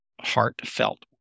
heartfelt